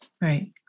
Right